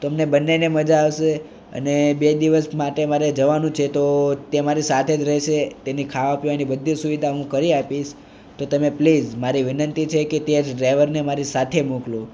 તો અમને બંનેને મજા આવશે અને બે દિવસ માટે મારે જવાનું છે તો તે મારી સાથે જ રહેશે તેની ખાવા પીવાની બધી સુવિધા હું કરી આપીશ તો તમે પ્લીઝ મારી વિનંતી છે કે તે જ ડ્રાઇવરને મારી સાથે મોકલો